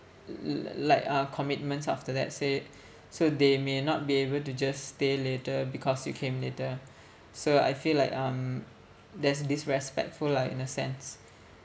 l~ l~ like uh commitments after that say so they may not be able to just stay later because you came later so I feel like um that's disrespectful lah in a sense